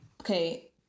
okay